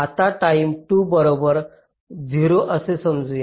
आता टाईम 0 बरोबर 0 असे समजू